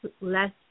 less